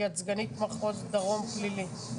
כי את סגנית מחוז דרום פלילי.